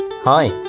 Hi